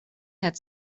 had